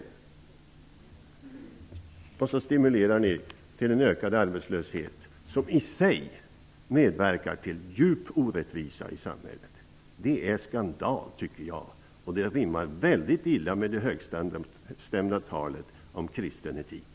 På detta sätt stimulerar man till en ökad arbetslöshet, som i sig medverkar till djup orättvisa i samhället. Det är skandal, och det rimmar väldigt illa med det högstämda talet om kristen etik.